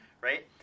right